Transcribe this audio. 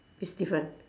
it's different